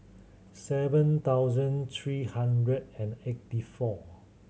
seven thousand three hundred and eighty four